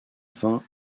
vingt